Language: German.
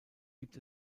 gibt